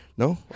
No